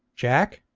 jack